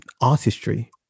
artistry